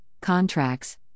contracts